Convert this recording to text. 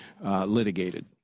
litigated